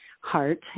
heart